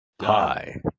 Hi